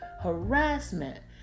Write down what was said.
harassment